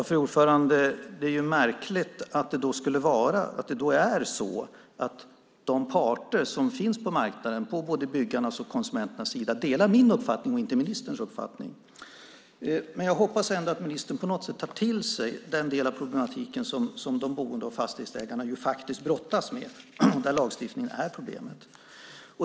Fru talman! Det är märkligt att det är så att de parter som finns på marknaden på både byggarnas och konsumenternas sida delar min uppfattning och inte ministerns uppfattning. Jag hoppas ändå att ministern på något sätt tar till sig den del av problematiken som de boende och fastighetsägarna brottas med och där lagstiftningen är problemet.